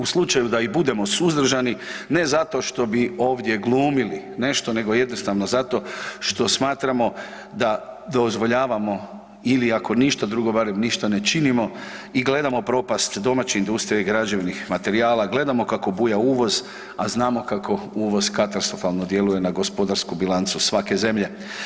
U slučaju da i budemo suzdržani, ne zato što bi ovdje glumili nešto, nego jednostavno zato što smatramo da dozvoljavamo ili ako ništa drugo barem ništa ne činimo i gledamo propast domaće industrije i građevnih materijala, gledamo kako buja uvoz, a znamo kako uvoz katastrofalno djeluje na gospodarsku bilancu svake zemlje.